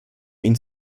ihnen